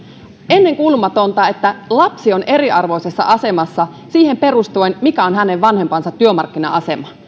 ennenkuulumatonta että lapsi on eriarvoisessa asemassa siihen perustuen mikä on hänen vanhempansa työmarkkina asema